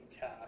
cash